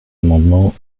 amendement